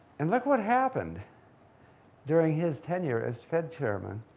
and look what happened during his tenure as fed chairman.